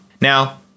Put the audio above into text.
Now